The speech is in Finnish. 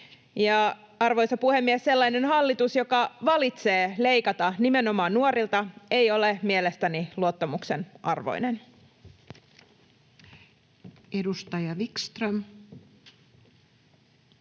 Arvoisa puhemies! Sellainen hallitus, joka valitsee leikata nimenomaan nuorilta, ei ole mielestäni luottamuksen arvoinen. Edustaja Wickström